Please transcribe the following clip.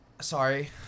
sorry